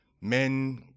Men